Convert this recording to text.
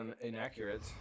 inaccurate